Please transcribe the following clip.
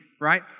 right